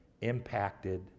impacted